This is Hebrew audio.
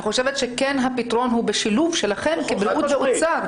אני חושב שהפתרון הוא בשילוב שלכם יחד עם משרד הבריאות.